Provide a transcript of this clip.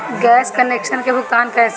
Gas connection के भुगतान कैसे होइ?